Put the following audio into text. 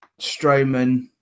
Strowman